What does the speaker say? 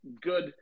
good